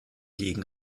gegen